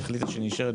היא החליטה שהיא נשארת